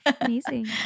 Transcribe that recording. Amazing